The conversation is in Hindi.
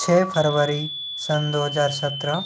छः फरबरी सन दो हज़ार सत्रह